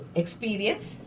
experience